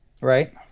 Right